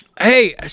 Hey